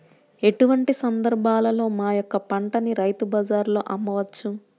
ఎటువంటి సందర్బాలలో మా యొక్క పంటని రైతు బజార్లలో అమ్మవచ్చు?